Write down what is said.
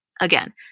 Again